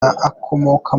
akomoka